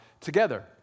together